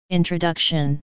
Introduction